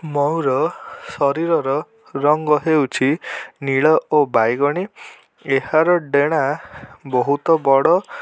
ମୟୂର ଶରୀରର ରଙ୍ଗ ହେଉଛି ନୀଳ ଓ ବାଇଗଣୀ ଏହାର ଡେଣା ବହୁତ ବଡ଼